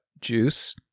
juice